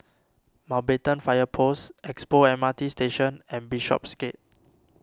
Mountbatten Fire Post Expo M R T Station and Bishopsgate